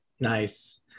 Nice